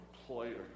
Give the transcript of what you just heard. employer